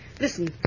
Listen